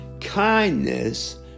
kindness